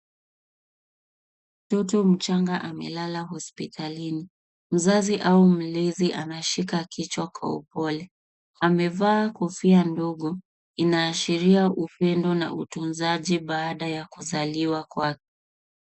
Mtoto mchanga amelala hospitalini. Mzazi au mlezi anashika kichwa kwa upole. Amevaa kofia ndogo, inaashiria upendo na utunzaji baada ya kuzaliwa kwake.